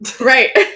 Right